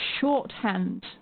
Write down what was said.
shorthand